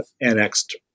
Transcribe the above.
annexed